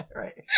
right